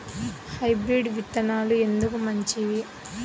Hybrid విత్తనాలు ఎందుకు మంచివి?